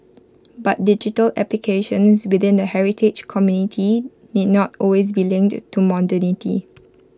but digital applications within the heritage community need not always be linked to modernity